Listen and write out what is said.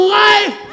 life